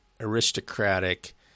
aristocratic